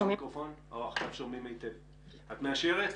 את מאשרת?